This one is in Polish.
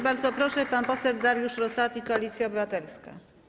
Bardzo proszę, pan poseł Dariusz Rosati, Koalicja Obywatelska.